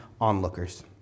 onlookers